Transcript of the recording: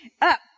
up